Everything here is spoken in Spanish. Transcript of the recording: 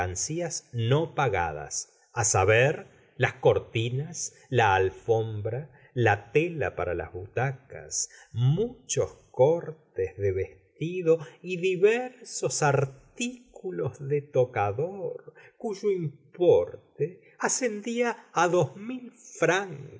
mercancías no pagadas á saber las cortinas la alfombra la tela para las butacas muchos cortes de vestido y diversos artículos de tocador cuyo importe ascendía á dos mil